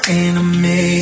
enemy